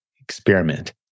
Experiment